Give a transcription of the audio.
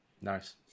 Nice